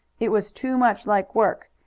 it was too much like work,